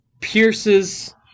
pierces